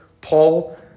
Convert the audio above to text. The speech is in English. Paul